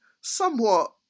somewhat